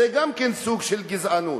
זה גם כן סוג של גזענות.